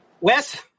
Wes